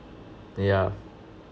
yeah